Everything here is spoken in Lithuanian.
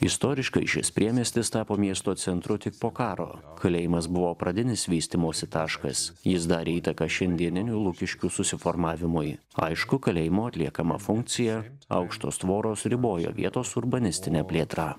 istoriškai šis priemiestis tapo miesto centru tik po karo kalėjimas buvo pradinis vystymosi taškas jis darė įtaką šiandieninių lukiškių susiformavimui aišku kalėjimo atliekama funkcija aukštos tvoros ribojo vietos urbanistinę plėtrą